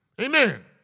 Amen